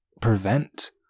prevent